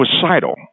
suicidal